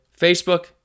Facebook